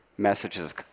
Messages